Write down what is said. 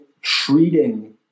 treating